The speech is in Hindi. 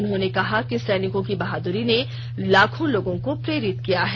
उन्होंने कहा कि सैनिकों की बहादुरी ने लाखों लोगों को प्रेरित किया है